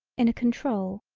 in a control,